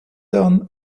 dann